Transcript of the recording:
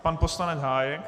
Pan poslanec Hájek.